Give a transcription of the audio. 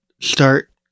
start